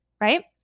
right